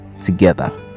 together